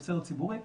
סדר ציבורי,